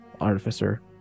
Artificer